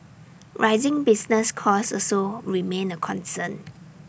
rising business costs also remain A concern